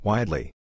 Widely